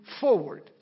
forward